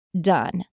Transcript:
done